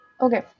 Okay